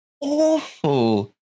awful